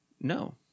No